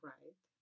Right